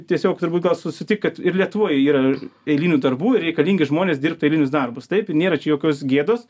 tiesiog turbūt gal susitikt kad ir lietuvoj yra eilinių darbų ir reikalingi žmonės dirbt eilinius darbus taip ir nėra čia jokios gėdos